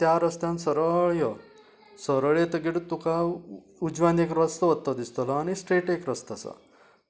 त्या रस्त्यान सरळ यो सरळ येतगीर तुका उजव्यान एक रस्तो वता तो दिसतलो आनी स्ट्रेट एक रस्तो आसा